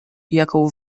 jaką